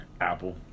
apple